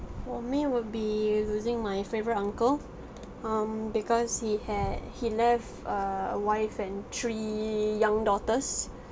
for me would be losing my favourite uncle um because he had he left a wife and three young daughters